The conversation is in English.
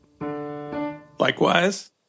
Likewise